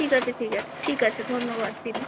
ঠিক আছে ঠিক আছে ঠিক আছে ধন্যবাদ দিদি